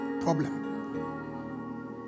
problem